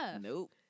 Nope